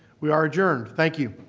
we are adjourned. thank you.